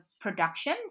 production